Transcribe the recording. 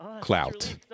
clout